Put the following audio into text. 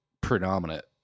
predominant